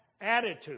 attitude